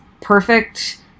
perfect